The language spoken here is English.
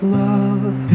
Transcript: love